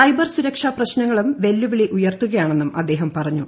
cyber സുരക്ഷാ പ്രശ്നങ്ങളും വെല്ലുവിളിയുയർത്തുകയാണെന്നും അദ്ദേഹം പറഞ്ഞു